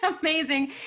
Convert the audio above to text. Amazing